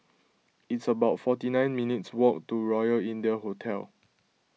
It's about forty nine minutes' walk to Royal India Hotel